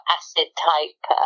acid-type